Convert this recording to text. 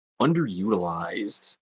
underutilized